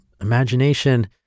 imagination